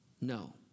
No